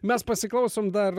mes pasiklausom dar